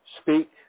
speak